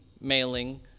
mailing